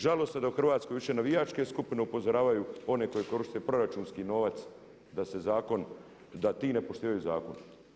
Žalosno je da u Hrvatskoj više navijačke skupine upozoravaju one koje koriste proračunski novac da se zakon, da ti ne poštivaju zakon.